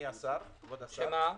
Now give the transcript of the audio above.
כבוד השר,